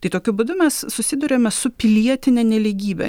tai tokiu būdu mes susiduriame su pilietine nelygybe